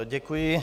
Děkuji.